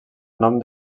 nom